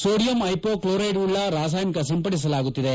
sodium ಐಪೋ ಕ್ಲೋರೈಡ್ವುಳ್ಳ ರಾಸಾಯನಿಕ ಸಿಂಪಡಿಸಲಾಗುತ್ತಿದೆ